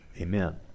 Amen